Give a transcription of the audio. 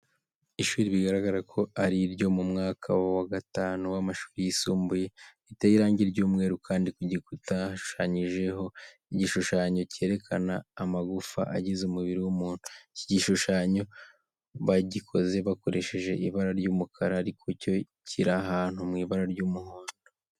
Ishuri bigaragara ko ari iryo mu mwaka wa gatanu w'amashuri yisumbuye riteye irangi ry'umweru, kandi ku gikuta hashushanyijeho igishushanyo cyerekana amagufa agize umubiri w'umuntu. Iki gishushanyo bagikoze bakoresheje ibara ry'umukara ariko cyo kiri ahantu mu ibara ry'umuhondo.